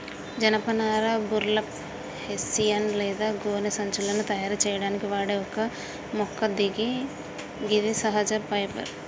జనపనార burlap, hessian లేదా గోనె సంచులను తయారు సేయడానికి వాడే ఒక మొక్క గిది సహజ ఫైబర్